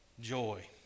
joy